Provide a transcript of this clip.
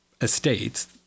estates